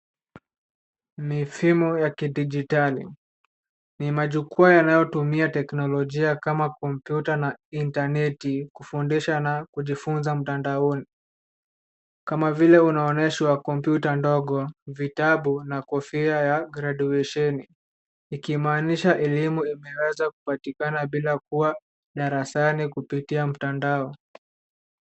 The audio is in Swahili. Mifumo ya kidijitali, ni majikwaa yanayotumia teknolojia kama kompyuta na intaneti kufundisha na kujifunza mtandaoni. Kama vile unaonyeshwa kompyuta ndogo, vitabu na kofia ya graduation ikimaanisha elimu imeweza kupatikana bila kuwa darasani kupitia mtandao.